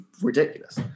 ridiculous